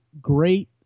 great